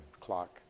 clock